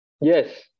Yes